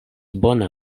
bona